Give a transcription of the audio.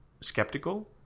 skeptical